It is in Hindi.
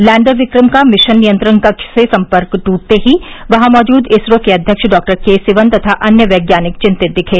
लैण्डर विक्रम का मिशन नियंत्रण कक्ष से सम्पर्क टूटते ही वहां मौजूद इसरो के अध्यक्ष डॉक्टर के सिवन तथा अन्य वैज्ञानिक चिंतित दिखे